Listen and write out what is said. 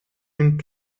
een